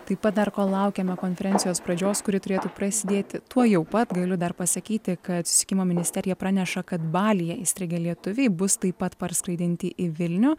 taip pat dar ko laukiame konferencijos pradžios kuri turėtų prasidėti tuojau pat galiu dar pasakyti kad susisiekimo ministerija praneša kad balyje įstrigę lietuviai bus taip pat parskraidinti į vilnių